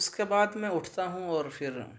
اس کے بعد میں اٹھتا ہوں اور پھر